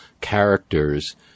characters